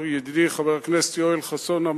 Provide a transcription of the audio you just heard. ידידי חבר הכנסת יואל חסון,